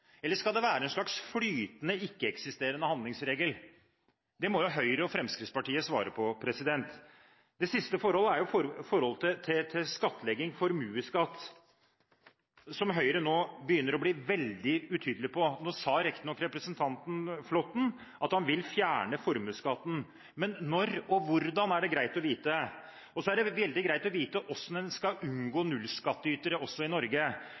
eller skal det være en slags flytende, ikke-eksisterende handlingsregel? Det må Høyre og Fremskrittspartiet svare på. Det siste er forholdet til skattlegging, formuesskatt, som Høyre nå begynner å bli veldig utydelige på. Nå sa riktignok representanten Flåtten at han vil fjerne formuesskatten. Men når og hvordan, er det greit å vite. Og så er det veldig greit å vite hvordan en skal unngå nullskattytere også i Norge.